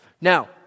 Now